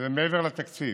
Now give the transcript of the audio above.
וזה מעבר לתקציב,